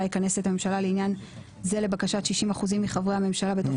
יכנס את הממשלה לעניין זה לבקשת 60% מחברי הממשלה בתוך